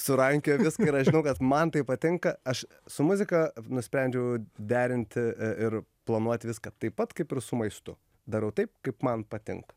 surankioju viską ir aš žinau kad man tai patinka aš su muzika nusprendžiau derinti ir planuot viską taip pat kaip ir su maistu darau taip kaip man patinka